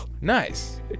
Nice